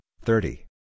thirty